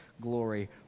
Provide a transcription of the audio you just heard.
glory